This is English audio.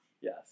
Yes